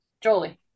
Jolie